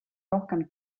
rohkem